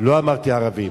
לא כל הערבים